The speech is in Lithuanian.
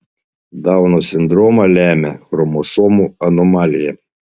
dauno sindromą lemia chromosomų anomalija